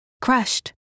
crushed